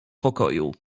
pokoju